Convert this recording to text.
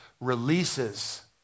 releases